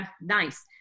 nice